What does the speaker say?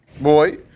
boy